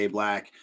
Black